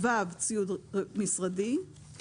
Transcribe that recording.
איזה הצדקה מוסרית יש לדבר הזה?